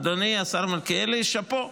אדוני השר מלכיאלי, שאפו.